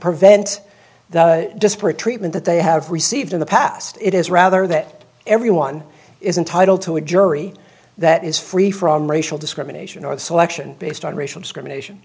prevent the disparate treatment that they have received in the past it is rather that everyone is entitled to a jury that is free from racial discrimination or selection based on racial discrimination